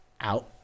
Out